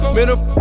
Middle